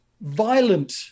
violent